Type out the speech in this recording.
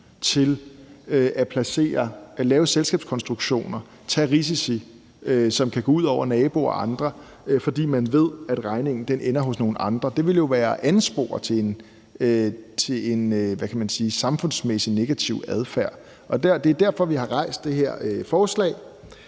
til at lave selskabskonstruktioner og tage risici, som kan gå ud over naboer og andre, fordi man ved, at regningen ender hos nogle andre. Det ville jo være at anspore til en, hvad kan man sige, samfundsmæssig negativ adfærd. Det er derfor, vi har fremsat det her forslag.